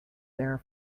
there